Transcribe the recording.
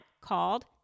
called